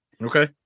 Okay